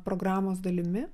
programos dalimi